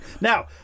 Now